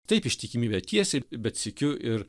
taip ištikimybė tiesiai bet sykiu ir